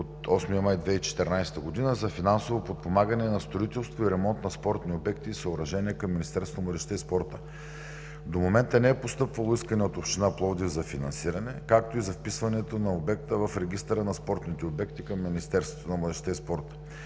от 8 май 2014 г. за финансово подпомагане на строителство и ремонт на спортни обекти и съоръжения към Министерството на младежта и спорта. До момента не е постъпвало искане от община Пловдив за финансиране, както и за вписването на обекта в регистъра на спортните обекти към